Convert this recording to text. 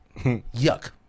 Yuck